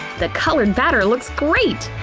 the colored batter looks great!